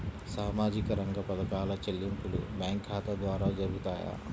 సామాజిక రంగ పథకాల చెల్లింపులు బ్యాంకు ఖాతా ద్వార జరుగుతాయా?